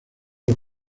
los